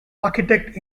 architect